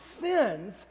sins